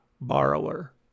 borrower